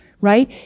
right